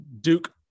Duke